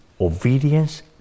obedience